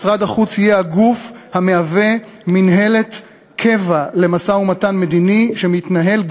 משרד החוץ יהיה הגוף המהווה מינהלת קבע למשא-ומתן מדיני שמתנהל,